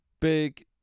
big